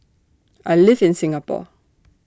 I live in Singapore